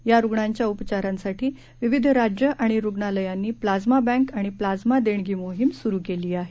या रूग्णांच्या उपचारासाठी विविध राज्यं आणि रुग्णालयांनी प्लाझ्मा बँक आणि प्लाझ्मा देणगी मोहीम सुरू केली आहे